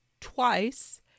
twice